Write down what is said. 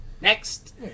Next